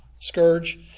scourge